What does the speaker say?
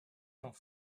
sans